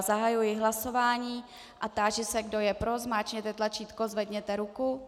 Zahajuji hlasování a táži se, kdo je pro, zmáčkněte tlačítko a zvedněte ruku.